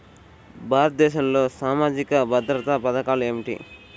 భారతదేశంలో సామాజిక భద్రతా పథకాలు ఏమిటీ?